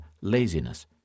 laziness